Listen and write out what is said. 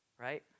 right